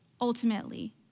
ultimately